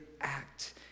act